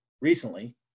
recently